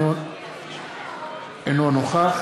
אינו נוכח